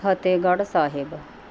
Fatehgarh Sahib